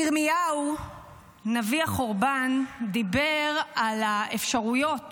ירמיהו, נביא החורבן, דיבר על האפשרויות